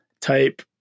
type